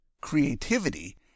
Creativity